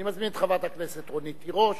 אני מזמין את חברת הכנסת רונית תירוש,